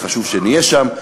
וחשוב שנהיה שם,